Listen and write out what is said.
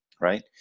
right